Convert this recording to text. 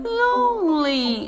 lonely